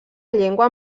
llengua